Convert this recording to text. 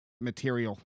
material